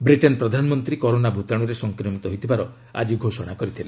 Britain ପ୍ରଧାନମନ୍ତ୍ରୀ corona ଭୂତାଣୁରେ ସଂକ୍ରମିତ ହୋଇଥିବାର ଆଜି ଘୋଷଣା କରିଥିଲେ